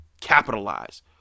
Capitalize